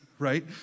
right